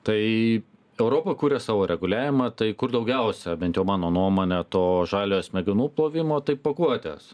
tai europa kuria savo reguliavimą tai kur daugiausia bent jau mano nuomone to žaliojo smegenų plovimo tai pakuotės